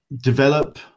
develop